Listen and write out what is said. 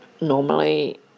normally